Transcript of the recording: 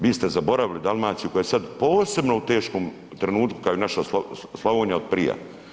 Vi ste zaboravili Dalmaciju koja je sad posebno u teškom trenutku kao i naša Slavonija od prije.